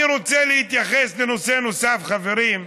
אני רוצה להתייחס לנושא נוסף, חברים.